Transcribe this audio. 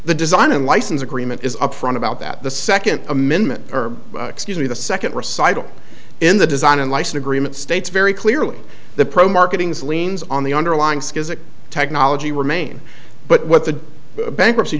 the design in license agreement is up front about that the second amendment or excuse me the second recital in the design and license agreement states very clearly the pro marketing's leans on the underlying technology remain but what the bankruptcy